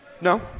no